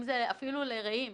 אפילו לרעים,